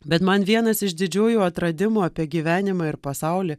bet man vienas iš didžiųjų atradimų apie gyvenimą ir pasaulį